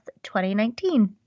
2019